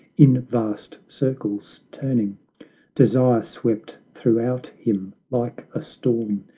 in vast circles turning desire swept throughout him like a storm,